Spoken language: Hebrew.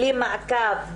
בלי מעקב,